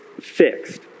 fixed